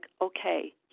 okay